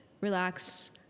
relax